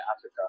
Africa